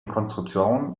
konstruktion